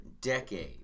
decade